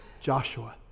Joshua